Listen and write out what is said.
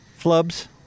flubs